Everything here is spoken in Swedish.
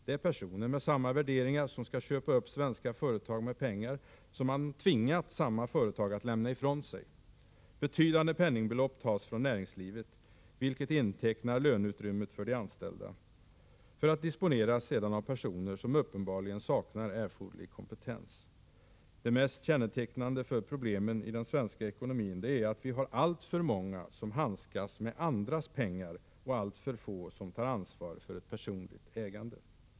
Det är personer med samma värderingar som skall köpa upp svenska företag med pengar, som man har tvingat samma företag att lämna ifrån sig. Betydande penningbelopp tas från näringslivet, vilket intecknar löneutrymmet för de anställda, för att sedan disponeras av personer som uppenbarligen saknar erforderlig kompetens. Det mest kännetecknande för problemen i den svenska ekonomin är att vi har alltför många som handskas med andras pengar och alltför få som tar ansvar för ett personligt ägande.